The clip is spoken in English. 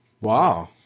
Wow